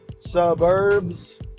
suburbs